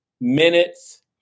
minutes